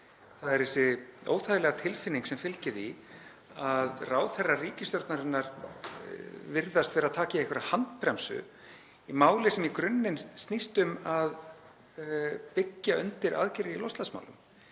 Það er þessi óþægilega tilfinning sem fylgir því að ráðherrar ríkisstjórnarinnar virðast vera að taka í einhverjar handbremsur í máli sem í grunninn snýst um að byggja undir aðgerðir í loftslagsmálum